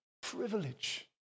privilege